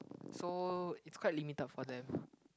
so it's quite limited for them